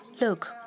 Look